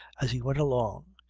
as he went along,